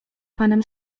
panem